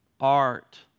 art